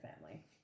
family